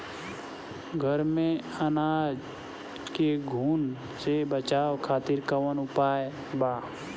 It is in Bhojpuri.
घर में अनाज के घुन से बचावे खातिर कवन उपाय बा?